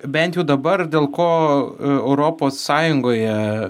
bent jau dabar dėl ko europos sąjungoje